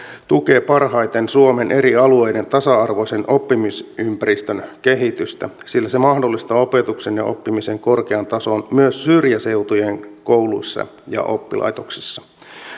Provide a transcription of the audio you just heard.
tukee parhaiten suomen eri alueiden tasa arvoisen oppimisympäristön kehitystä sillä se mahdollistaa opetuksen ja oppimisen korkean tason myös syrjäseutujen kouluissa ja oppilaitoksissa